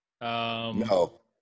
No